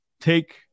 take